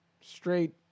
straight